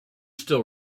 still